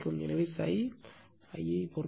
எனவே ∅ I பொறுத்தது